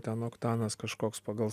ten oktanas kažkoks pagal